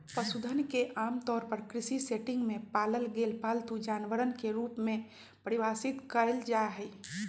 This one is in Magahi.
पशुधन के आमतौर पर कृषि सेटिंग में पालल गेल पालतू जानवरवन के रूप में परिभाषित कइल जाहई